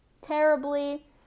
terribly